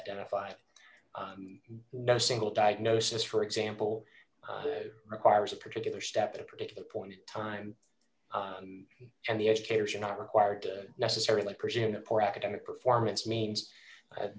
identified no single diagnosis for example requires a particular step at a particular point in time and the educators are not required to necessarily presume that poor academic performance means